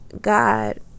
God